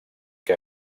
que